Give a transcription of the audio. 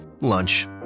lunch